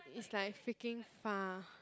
it's like freaking far